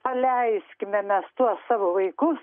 paleiskime mes tuos savo vaikus